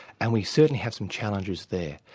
and we certainly have some challenges there.